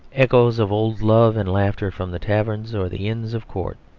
echoes of old love and laughter from the taverns or the inns of court.